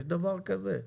יש דבר כזה?